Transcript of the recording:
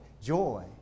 joy